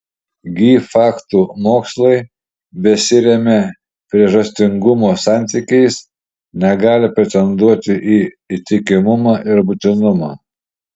gi faktų mokslai besiremią priežastingumo santykiais negali pretenduoti į įtikimumą ir būtinumą